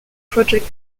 project